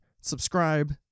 subscribe